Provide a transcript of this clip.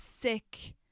sick